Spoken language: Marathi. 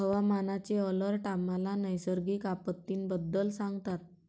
हवामानाचे अलर्ट आम्हाला नैसर्गिक आपत्तींबद्दल सांगतात